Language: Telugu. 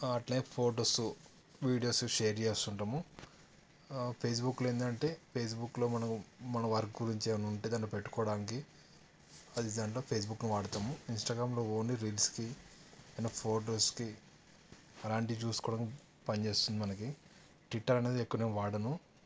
అలాగే ఫోటోస్ వీడియోస్ షేర్ చేస్తుంటాము ఫేస్బుక్లో ఏమిటి అంటే ఫేస్బుక్లో మనం మనం వర్క్ గురించి ఏమైనా ఉంటే దాన్ని పెట్టుకోవడానికి అది దాంట్లో ఫేస్బుక్ను వాడుతాము ఇన్స్టాగ్రామ్లో ఓన్లీ రీల్స్కి ఏమైనా ఫోటోస్కి అలాంటివి చూసుకోవడానికి పనిచేస్తుంది మనకి ట్విట్టర్ అనేది ఎక్కువ నేను వాడను